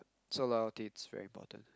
so loyalty it's very important